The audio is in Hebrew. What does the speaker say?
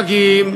מגיעים,